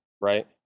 right